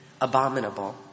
abominable